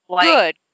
Good